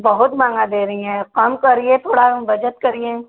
बहुत महंगा दे रही हैं कम करिए थोड़ा बचत करिए